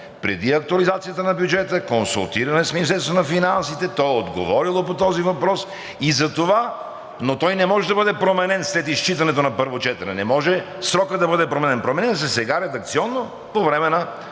преди актуализацията на бюджета, консултиран е с Министерството на финансите, то е отговорило по този въпрос и затова, но той не може да бъде променен след изчитането на първо четене, не може срокът да бъде променен. Променя се сега редакционно, по време на